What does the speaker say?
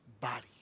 body